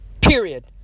Period